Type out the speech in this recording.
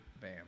Bam